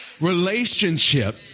relationship